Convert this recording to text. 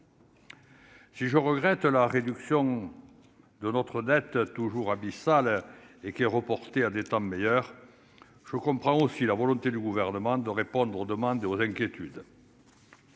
si je regrette la réduction de notre dette toujours abyssal et qui est reportée à des temps meilleurs, je comprends aussi la volonté du gouvernement de répondre aux demandes et aux inquiétudes.